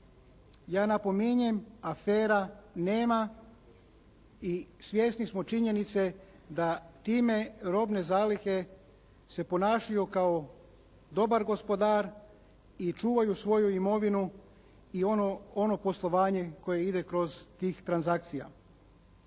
ja napominjem afera nema i svjesni smo činjenice da time robne zalihe se ponašaju kao dobar gospodar i čuvaju svoju imovinu i ono poslovanje koje ide kroz tih transakcija.